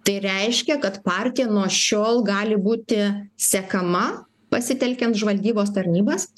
tai reiškia kad partija nuo šiol gali būti sekama pasitelkiant žvalgybos tarnybas